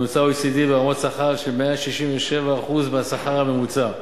בממוצע OECD ברמת שכר של 167% השכר הממוצע.